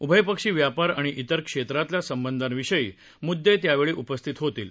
उभयपक्षी व्यापार आणि इतर क्षेत्रातल्या संबंधांविषयीचे म्ददे त्यावेळी उपस्थित होतील